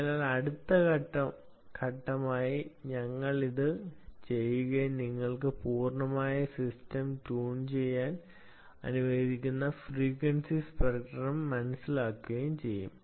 അതിനാൽ അടുത്ത ഘട്ടമായി ഞങ്ങൾ അത് ചെയ്യുകയും ഞങ്ങളുടെ പൂർണ്ണമായ സിസ്റ്റം ട്യൂൺ ചെയ്യാൻ അനുവദിക്കുന്ന ഫ്രീക്വൻസി സ്പെക്ട്രം മനസ്സിലാക്കുകയും ചെയ്യും